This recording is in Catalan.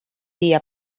dia